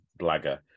blagger